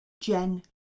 Jen